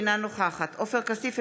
אינה נוכחת עופר כסיף,